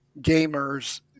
gamers